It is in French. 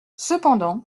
cependant